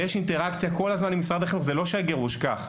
כל הזמן יש אינטראקציה משרד החינוך; זה לא "שגר ושכח".